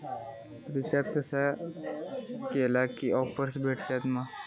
Recharge केला की offers भेटात मा?